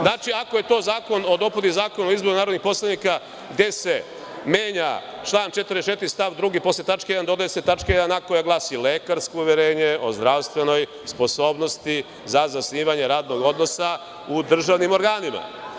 Znači, ako je to Zakon o dopuni Zakona o izboru narodnih poslanika gde se menja član 44. stav 2, posle tačke 1. dodaje se tačka 1a, koja glasi: „lekarsko uverenje o zdravstvenoj sposobnosti za zasnivanje radnog odnosa u državnim organima“